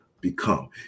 become